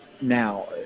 now